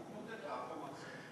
היא התמוטטה, החומה הסינית.